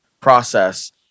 process